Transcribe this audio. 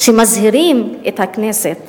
שמזהירים את הכנסת